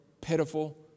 pitiful